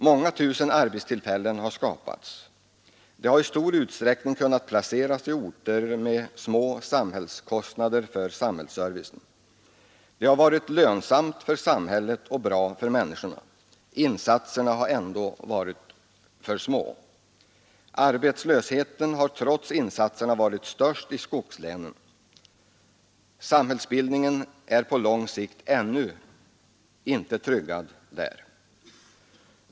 Många tusen arbetstillfällen har skapats. Arbetsplatserna har i stor utsträckning kunnat placeras i orter med små kostnader för samhällsservicen. Det har varit lönsamt för samhället och bra för människorna. Men insatserna har ändå varit för små. Arbetslösheten har trots insatserna varit stor i skogslänen. Samhällsbildningen på lång sikt är på många håll ännu inte tryggad där.